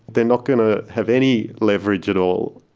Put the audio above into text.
they are not going to have any leverage at all.